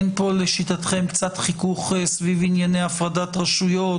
לשיטתכם אין כאן קצת חיכוך סביב ענייני הפרדת רשויות?